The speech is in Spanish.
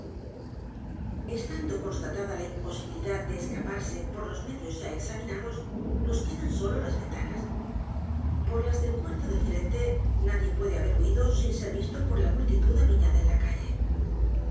estando constatada la imposibilidad de escaparse por los medios ya examinados nos quedan sólo las vent a n a s p o r l a s del cuarto del frente nadie puede h a b e r huido sin s e r visto por la multitud apiñada en la calle